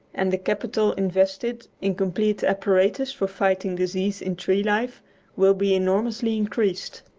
and the capital invested in complete apparatus for fighting disease in tree life will be enormously increased.